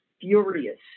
furious